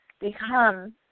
become